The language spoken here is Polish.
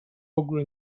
ogóle